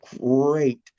great